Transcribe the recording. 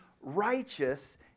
righteous